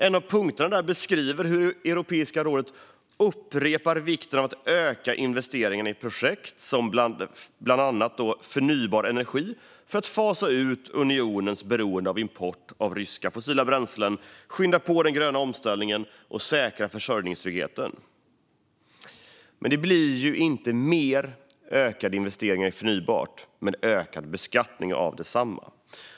En av punkterna beskriver hur Europeiska rådet upprepar vikten av att öka investeringarna i projekt som förnybar energi för att fasa ut unionens beroende av import av ryska fossila bränslen, skynda på den gröna omställningen och säkra försörjningstryggheten. Men det blir ju inga ökade investeringar i förnybart med ökad beskattning av detsamma.